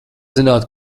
zināt